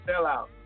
sellout